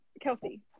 Kelsey